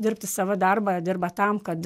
dirbti savo darbą dirba tam kad